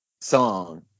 song